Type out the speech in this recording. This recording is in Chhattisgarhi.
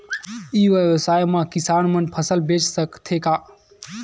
ई व्यवसाय म किसान मन फसल बेच सकथे का?